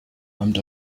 amt